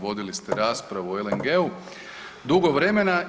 Vodili ste raspravu o LNG-u dugo vremena.